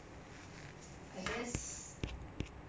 I think if you want like typical answers will be